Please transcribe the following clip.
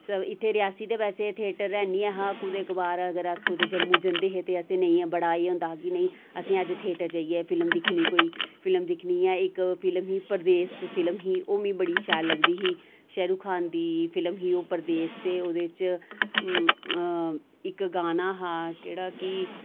इत्थै रेयासी ते वैसे थिएटर ऐ नीं हा कुतै कवार कुतै अगर अस जम्मू जंदे हे ते असें नेईं बड़ा एह् होंदा हा कि नेईं असें अज्ज थिएटर जाइयै फिल्म दिक्खनी कोई फिल्म दिक्खनी ऐ इक फिल्म ही परदेस फिल्म ही ओह् मीं बड़ी शैल लगदी ही शहरुख खान दी फिल्म ही ओह् परदेस ते ओह्दे च इक गाना हा केह्ड़ा कि